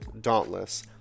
Dauntless